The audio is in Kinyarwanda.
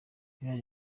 real